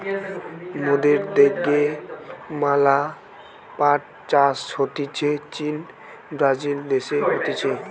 মোদের দ্যাশে ম্যালা পাট চাষ হতিছে চীন, ব্রাজিল দেশে হতিছে